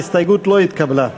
ההסתייגות לא התקבלה.